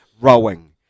rowing